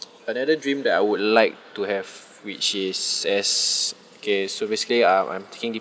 another dream that I would like to have which is as K so basically um I'm taking